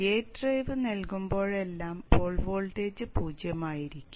gate drive നൽകുമ്പോഴെല്ലാം pole voltage 0 ആയിരിക്കും